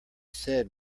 said